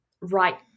right